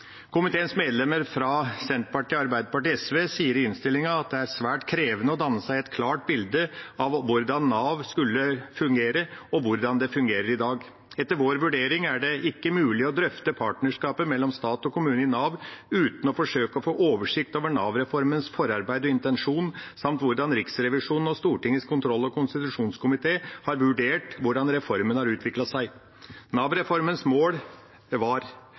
Komiteens medlemmer fra Senterpartiet, Arbeiderpartiet og SV sier i innstillinga at det er svært krevende å danne seg et klart bilde av hvordan Nav skulle fungere, og hvordan det fungerer i dag. Etter vår vurdering er det ikke mulig å drøfte partnerskapet mellom stat og kommune i Nav uten å forsøke å få oversikt over Nav-reformens forarbeid og intensjon samt hvordan Riksrevisjonen og Stortingets kontroll- og konstitusjonskomité har vurdert hvordan reformen har utviklet seg. Nav-reformens mål var: